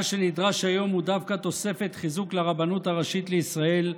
מה שנדרש היום הוא דווקא תוספת חיזוק לרבנות הראשית לישראל,